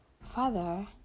father